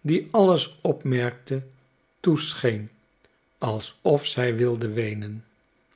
die alles opmerkte toescheen alsof zij wilde weenen